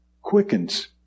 Quickens